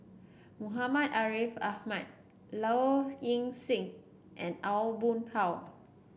Muhammad Ariff Ahmad Low Ing Sing and Aw Boon Haw